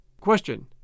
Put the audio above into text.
Question